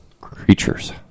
creatures